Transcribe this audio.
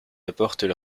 apportent